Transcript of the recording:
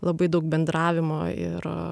labai daug bendravimo ir